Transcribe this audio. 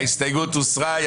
ההסתייגות הוסרה.